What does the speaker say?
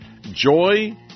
Joy